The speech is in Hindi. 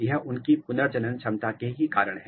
यह उनकी पुनर्जनन क्षमता के कारण है